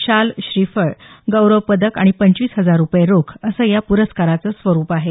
शाल श्रीफळ गौरव पदक आणि पंचवीस हजार रुपये रोख असं या प्रस्काराचं स्वरूप आहे